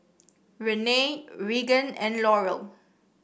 Renee Regan and Laurel